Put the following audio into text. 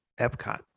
Epcot